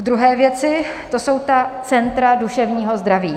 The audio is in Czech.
Ke druhé věci, to jsou centra duševního zdraví.